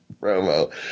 promo